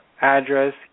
address